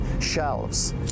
shelves